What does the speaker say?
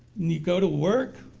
and you go to work